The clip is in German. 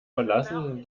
verlassen